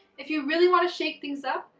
if you really want to shake things up,